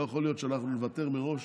לא יכול להיות שאנחנו נוותר מראש